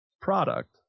product